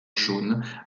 jaune